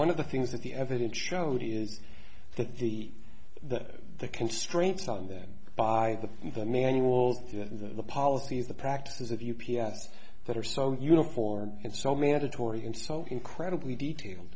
one of the things that the evidence showed is that the that the constraints on then by the manual the policies the practices of u p s that are so uniform and so mandatory and so incredibly detail